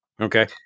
Okay